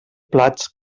plats